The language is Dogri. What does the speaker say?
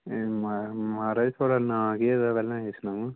महा महाराज थुआढ़ा नांऽ केह् ऐ पैह्ले एह् सनाओ हां